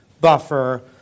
buffer